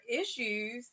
issues